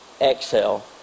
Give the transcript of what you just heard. exhale